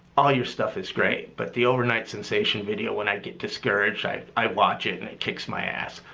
all your stuff is great but the overnight sensation video when i get discouraged i i watch it and it kicks my ass.